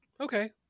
Okay